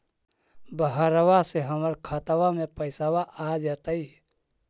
बहरबा से हमर खातबा में पैसाबा आ जैतय?